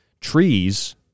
Trees